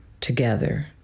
together